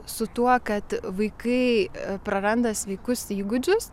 su tuo kad vaikai praranda sveikus įgūdžius